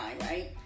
right